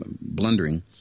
blundering